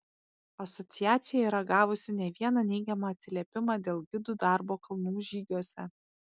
asociacija yra gavusi ne vieną neigiamą atsiliepimą dėl gidų darbo kalnų žygiuose